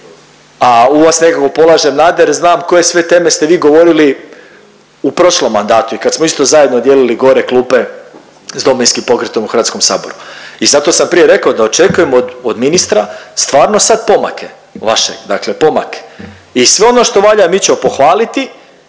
a u vas nekako polažem nade jer znam koje sve teme ste vi govorili u prošlom mandatu i kad smo isto zajedno dijelili gore klupe s Domovinskom pokretnom u Hrvatskom saboru. I zato sam prije rekao da očekujem od ministra stvarno sad pomake vaše, dakle pomake i sve ono što valja mi ćemo pohvaliti